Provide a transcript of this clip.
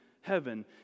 heaven